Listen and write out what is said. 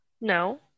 No